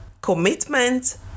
commitment